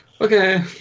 okay